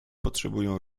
potrzebują